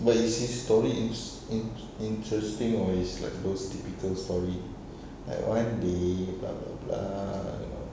but is his story is in~ interesting or it's like those typical story like one day blah blah blah you know